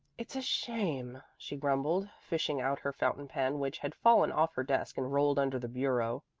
it's a shame, she grumbled, fishing out her fountain pen which had fallen off her desk and rolled under the bureau.